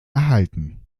erhalten